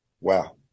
Wow